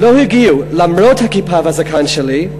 לא הגיעו למרות הכיפה והזקן שלי,